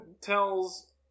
tells